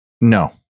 No